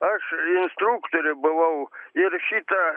aš instruktoriu buvau ir šita